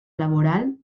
laboral